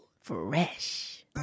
Fresh